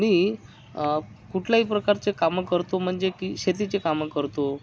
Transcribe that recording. मी कुठलाही प्रकारचे कामं करतो म्हणजे की शेतीची कामं करतो